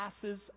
passes